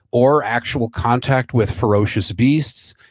or actual contact with ferocious beasts,